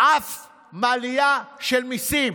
אף העלאה של מיסים.